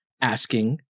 asking